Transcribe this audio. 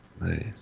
Nice